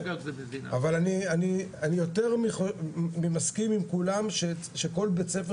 אבל אני יותר ממסכים עם כולם שכל בית-ספר